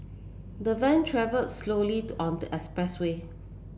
the van travelled slowly on the expressway